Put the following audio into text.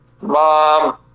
Mom